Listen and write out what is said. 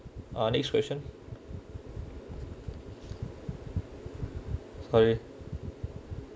ah next question squairy